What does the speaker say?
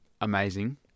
amazing